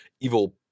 evil